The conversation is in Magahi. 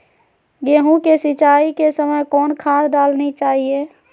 गेंहू के सिंचाई के समय कौन खाद डालनी चाइये?